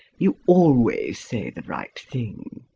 you always say the right thing.